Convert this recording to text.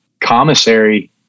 commissary